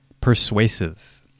persuasive